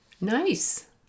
nice